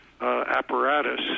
apparatus